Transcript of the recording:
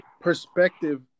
Perspective